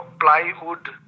Plywood